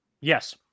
Yes